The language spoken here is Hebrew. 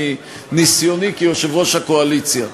מניסיוני כיושב-ראש הקואליציה: